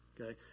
Okay